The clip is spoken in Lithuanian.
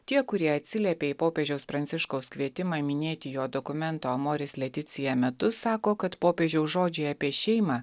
tie kurie atsiliepė į popiežiaus pranciškaus kvietimą minėti jo dokumento amoris leticija metus sako kad popiežiaus žodžiai apie šeimą